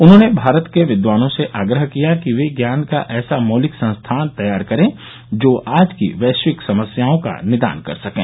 उन्होंने भारत केविद्वानों से आग्रह किया कि वे ज्ञान का ऐसा मौलिक संस्थान तैयार करें जो आज की वैश्विक समस्याओं का निदान कर सकें